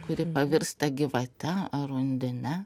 kuri pavirsta gyvate arundine